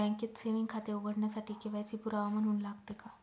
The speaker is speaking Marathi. बँकेत सेविंग खाते उघडण्यासाठी के.वाय.सी पुरावा म्हणून लागते का?